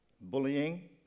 bullying